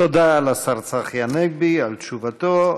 תודה לשר צחי הנגבי על תשובתו.